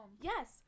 Yes